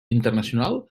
internacional